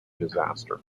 disaster